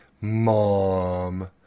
Mom